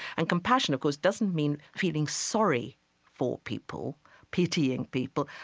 and compassion, of course, doesn't mean feeling sorry for people, pitying people.